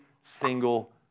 single